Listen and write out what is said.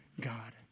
God